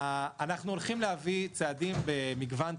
אנחנו הולכים להביא צעדים במגוון תחומים.